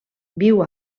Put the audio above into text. viu